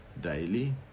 daily